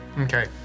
okay